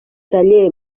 taller